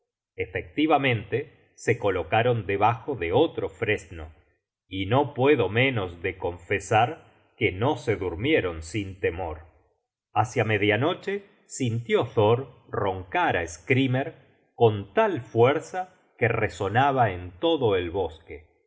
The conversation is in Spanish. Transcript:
efectivamente se colocaron debajo de otro fresno y no puedo menos de confesar que no se durmieron sin temor hácia media noche sintió thor roncar á skrymer con tal fuerza que resonaba en todo el bosque